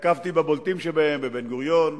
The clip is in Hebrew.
ונקבתי בבולטים שביניהם: בן-גוריון,